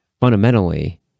fundamentally